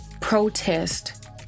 protest